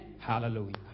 Hallelujah